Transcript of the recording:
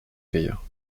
qu’ailleurs